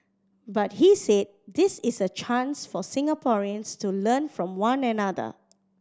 but he said this is a chance for Singaporeans to learn from one another